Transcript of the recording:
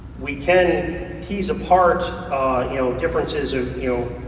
we can tease apart you know differences. ah you know